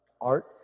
Art